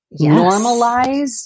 Normalize